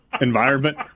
environment